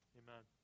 amen